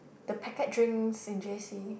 the packet drinks in J_C